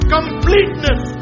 Completeness